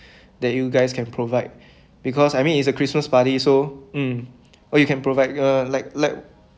that you guys can provide because I mean it's a christmas party so mm oh you can provide uh like like